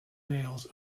males